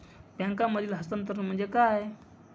बँकांमधील हस्तांतरण म्हणजे काय?